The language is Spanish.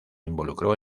involucró